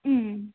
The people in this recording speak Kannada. ಹ್ಞೂ